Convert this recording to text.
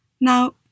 Now